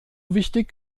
wichtig